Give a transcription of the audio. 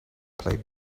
play